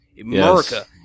America